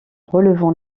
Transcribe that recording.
relevant